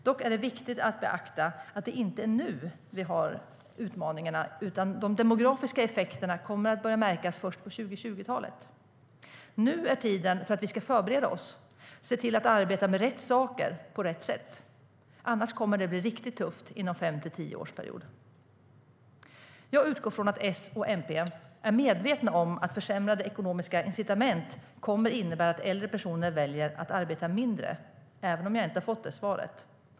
Dock är det viktigt att beakta att det inte är nu vi har utmaningarna, utan de demografiska effekterna kommer att börja märkas först på 2020-talet. Nu är tiden att förbereda oss och se till att arbeta med rätt saker på rätt sätt. Annars kommer det att bli riktigt tufft inom fem tio år. Jag utgår från att S och MP är medvetna om att försämrade ekonomiska incitament kommer att innebära att äldre personer väljer att arbeta mindre, även om jag inte har fått det svaret.